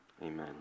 amen